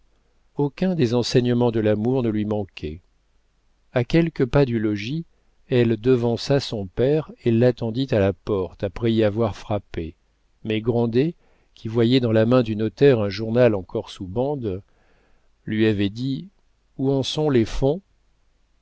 aucun des enseignements de l'amour ne lui manquait a quelques pas du logis elle devança son père et l'attendit à la porte après y avoir frappé mais grandet qui voyait dans la main du notaire un journal encore sous bande lui avait dit où en sont les fonds